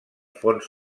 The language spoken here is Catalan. fons